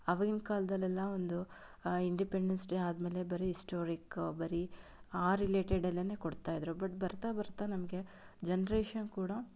ಆವಾಗಿನ ಕಾಲದಲ್ಲೆಲ್ಲ ಒಂದು ಇಂಡಿಪೆಂಡೆನ್ಸ್ ಡೇ ಆದಮೇಲೆ ಬರೀ ಹಿಸ್ಟೋರಿಕ್ ಬರೀ ಆ ರಿಲೇಟೆಡಲ್ಲೇನೆ ಕೊಡ್ತಾ ಇದ್ದರು ಬಟ್ ಬರ್ತಾ ಬರ್ತಾ ನಮಗೆ ಜನ್ರೇಷನ್ ಕೂಡ